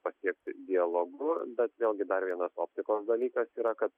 pasiekti dialogu bet vėlgi dar vienas optikos dalykas yra kad